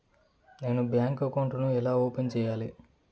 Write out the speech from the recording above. నేను bank account ను ఎలా ఓపెన్ సేయాలి?